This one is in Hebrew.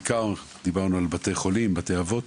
בעיקר דיברנו על בתי חולים ועל בתי אבות.